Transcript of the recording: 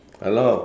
a lot